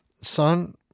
son